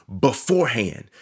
beforehand